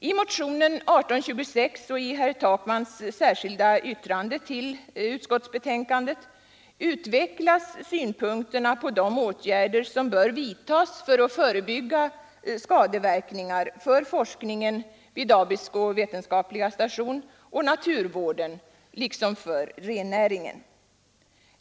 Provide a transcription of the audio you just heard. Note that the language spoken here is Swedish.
I motionen 1826 och i herr Takmans särskilda yttrande till utskottsbetänkandet utvecklas synpunkterna på de åtgärder som bör vidtas för att förebygga skadeverkningar för forskningen vid Abisko naturvetenskapliga station och för naturvården liksom för rennäringen.